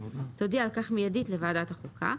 תודיע על כך מיד לוועדת החוקה,